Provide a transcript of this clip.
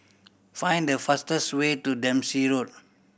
find the fastest way to Dempsey Road